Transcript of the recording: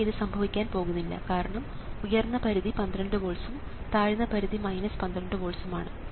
പക്ഷേ ഇത് സംഭവിക്കാൻ പോകുന്നില്ല കാരണം ഉയർന്ന പരിധി 12 വോൾട്സ്ഉം താഴ്ന്ന പരിധി 12 വോൾട്സ്ഉം ആണ്